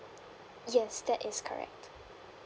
yes that is correct